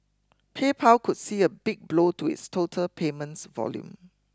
PayPal could see a big blow to its total payments volume